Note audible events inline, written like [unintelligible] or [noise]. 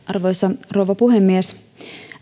[unintelligible] arvoisa rouva puhemies